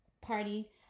party